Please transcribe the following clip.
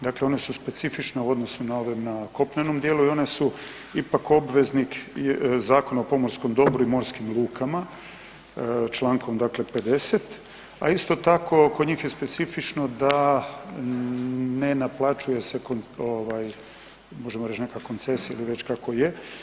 Dakle, ona su specifična u odnosu na ove na kopnenom dijelu i one su ipak obveznik Zakona o pomorskom dobru i morskim lukama, člankom dakle 50., a isto tako kod njih je specifično da ne naplaćuje se ovaj možemo reći neka koncesija ili već kako je.